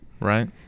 right